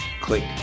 click